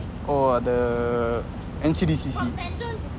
or the N_C_D_C_C